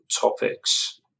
topics